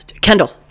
Kendall